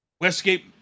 Westgate